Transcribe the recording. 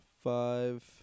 five